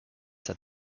that